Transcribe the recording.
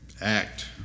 act